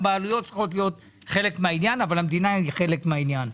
הבעלויות צריכות להיות חלק מהעניין אבל המדינה היא חלק מהעניין.